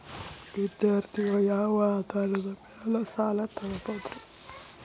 ವಿದ್ಯಾರ್ಥಿಗಳು ಯಾವ ಆಧಾರದ ಮ್ಯಾಲ ಸಾಲ ತಗೋಬೋದ್ರಿ?